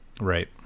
Right